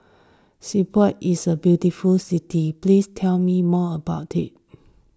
Skopje is a beautiful city please tell me more about it